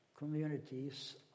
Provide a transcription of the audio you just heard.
communities